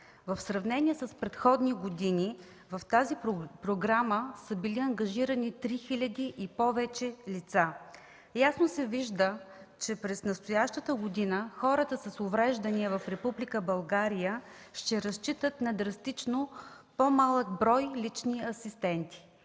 В сравнение с предходни години в тази програма са били ангажирани 3000 и повече лица. Ясно се вижда, че през настоящата година хората с увреждания в Република България ще разчитат на драстично по-малък брой лични асистенти.